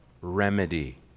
remedy